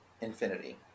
Infinity